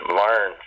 learn